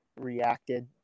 reacted